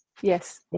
Yes